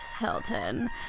Hilton